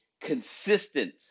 consistent